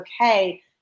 okay